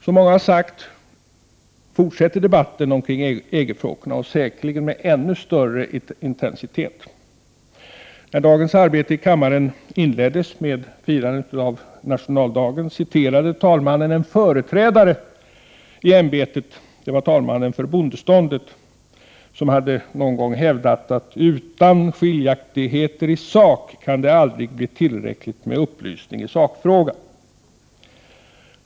Som många har sagt fortsätter debatten om EG-frågorna, och säkerligen kommer den att präglas av ännu större intensitet. När dagens arbete här i kammaren inleddes med firandet av nationaldagen citerade talmannen en företrädare i ämbetet — dåvarande talmannen för bondeståndet — som någon gång hävdat att utan skiljaktigheter i sak kan det aldrig bli tillräckligt med upplysning i sakfrågan.